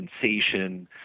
sensation